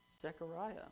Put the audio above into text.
Zechariah